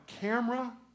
camera